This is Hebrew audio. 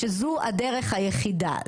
שזו הדרך היחידה,